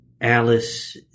Alice